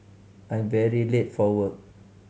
I'm very late for work